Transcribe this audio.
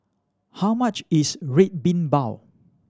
how much is Red Bean Bao